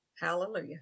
Hallelujah